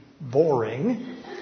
boring